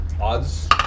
Odds